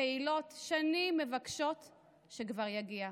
פעילות, שנים מבקשים שכבר יגיע.